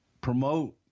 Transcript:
promote